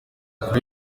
kure